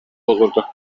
olurdu